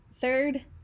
third